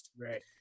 Right